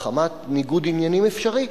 מחמת ניגוד עניינים אפשרי,